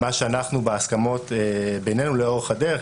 מה שאנחנו בהסכמות בינינו לאורך הדרך,